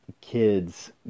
kids